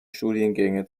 studiengänge